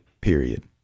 period